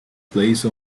place